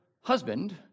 husband